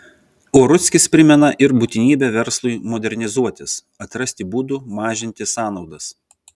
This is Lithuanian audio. o rudzkis primena ir būtinybę verslui modernizuotis atrasti būdų mažinti sąnaudas